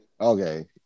Okay